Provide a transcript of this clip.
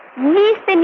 least?